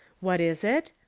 what is it?